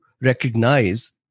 recognize